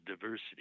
diversity